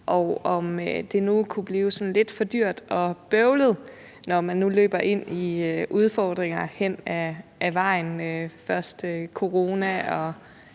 om det nu kunne blive sådan lidt for dyrt og bøvlet, når man nu løber ind i udfordringer hen ad vejen med først corona og